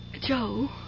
Joe